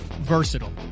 versatile